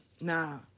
nah